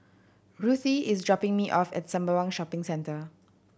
ruthie is dropping me off at Sembawang Shopping Centre